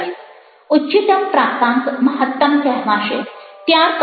ઉચ્ચતમ પ્રાપ્તાંક મહત્તમ કહેવાશે